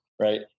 right